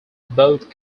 both